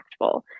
impactful